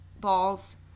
balls